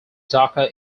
darker